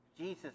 Jesus